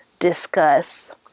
Discuss